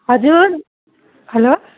हजुर हलो